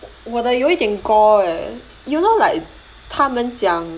我的有一点 gore eh you know like 他们讲